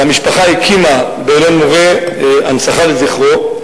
והמשפחה הקימה באלון-מורה אתר הנצחה לזכרו.